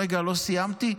רגע, לא סיימתי.